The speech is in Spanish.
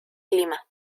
clima